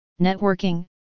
networking